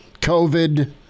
COVID